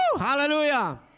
Hallelujah